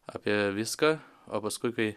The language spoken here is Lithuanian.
apie viską o paskui kai